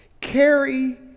Carry